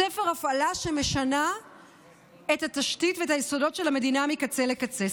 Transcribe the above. ספר הפעלה שמשנה את התשתית ואת היסודות של המדינה מקצה לקצה.